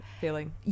feeling